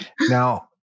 now